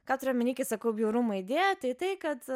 kad turiu omeny sakau bjaurumo idėja tai tai kad